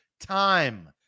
time